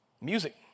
Music